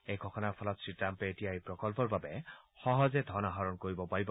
এই ঘোষণাৰ ফলত শ্ৰীট্টাম্পে এতিয়া এই প্ৰকল্পৰ বাবে সহজে ধন আহৰণ কৰিব পাৰিব